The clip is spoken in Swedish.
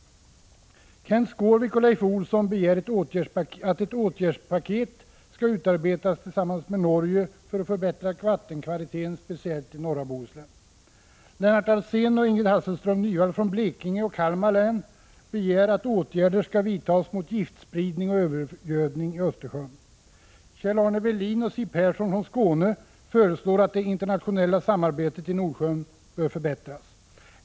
Kenth Skårvik och Leif Olsson begär att Sverige skall utarbeta ett åtgärdspaket tillsammans med Norge för att förbättra vattenkvaliteten speciellt i norra Bohuslän. Lennart Alsén och Ingrid Hasselström Nyvall från Blekinge och Kalmar län begär att åtgärder skall vidtas mot giftspridning och övergödning i Östersjön. Kjell-Arne Welin och Siw Persson från Skåne föreslår att det internationella samarbetet i Nordsjön skall förbättras.